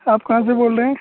आप कहाँ से बोल रहे हैं